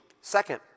Second